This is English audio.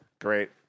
Great